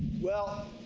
well,